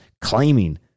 claiming